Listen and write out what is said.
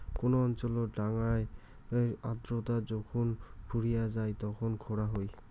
কোন অঞ্চলত ডাঙার আর্দ্রতা যখুন ফুরিয়ে যাই তখন খরা হই